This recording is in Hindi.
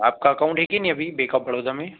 आपका अकाउन्ट है कि नही अभी बेंक ऑफ बड़ोदा में